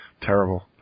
Terrible